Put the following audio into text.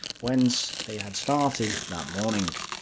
whence they had started that morning.